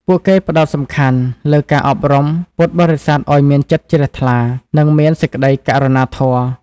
ពួកគេផ្តោតសំខាន់លើការអប់រំពុទ្ធបរិស័ទឱ្យមានចិត្តជ្រះថ្លា និងមានសេចក្តីករុណាធម៌។